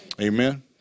Amen